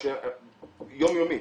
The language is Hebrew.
יומיומי,